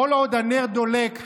כל עוד הנר דולק,